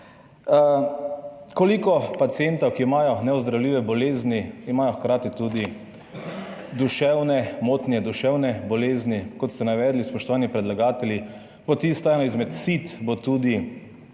Koliko pacientov, ki imajo neozdravljive bolezni, ima hkrati tudi duševne motnje, duševne bolezni, kot ste navedli, spoštovani predlagatelji, bo tisto eno izmed sit tudi